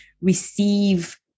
receive